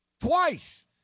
twice